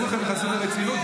כולכם מתייחסים ברצינות,